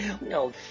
no